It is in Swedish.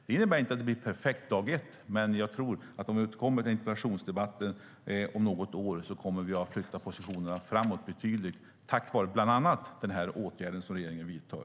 Det innebär inte att det kommer att bli perfekt från dag ett, men jag tror att om vi återkommer till en interpellationsdebatt om detta om något år kommer vi att se att vi har flyttat fram positionerna betydligt tack vare bland annat den här åtgärden som regeringen vidtar.